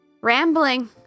rambling